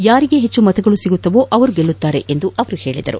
ಯಾರಿಗೆ ಹೆಚ್ಚು ಮತಗಳು ಸಿಗುತ್ತವೆಯೋ ಅವರು ಗೆಲ್ಲುತ್ತಾರೆ ಎಂದು ಹೇಳಿದರು